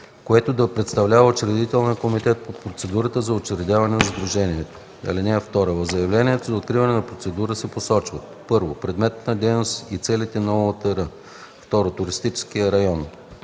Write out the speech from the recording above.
което да представлява учредителния комитет в процедурата за учредяване на сдружението. (2) В заявлението за откриване на процедура се посочват: 1. предметът на дейност и целите на ОУТР; 2. туристическият район.